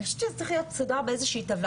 זה צריך להיות מסודר בטבלה כלשהי,